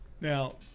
Now